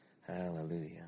Hallelujah